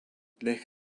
neck